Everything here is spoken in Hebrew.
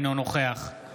אינו נוכח עמית הלוי,